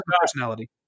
personality